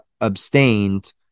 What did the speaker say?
abstained